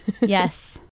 Yes